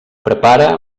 prepara